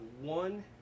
one